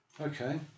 Okay